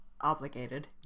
Obligated